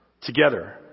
together